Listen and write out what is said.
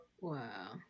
Wow